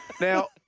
Now